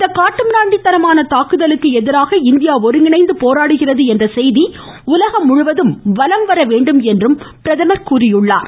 இந்த காட்டு மிராண்டித்தனமான தாக்குதலுக்கு எதிராக இந்தியா ஒருங்கிணைந்து போராடுகிறது என்ற செய்தி உலகம் முழுவதும் வலம் வரவேண்டும் என்றும் பிரதமர் கூறியுள்ளார்